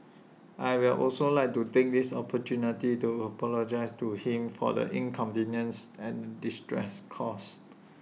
I will also like to take this opportunity to apologise to him for the inconveniences and distress caused